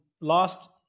last